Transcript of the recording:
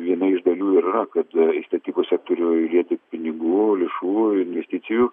viena iš dalių ir yra kad į statybų sektorių įlieti pinigų lėšų investicijų